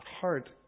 heart